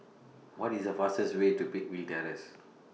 What IS The fastest Way to Peakville Terrace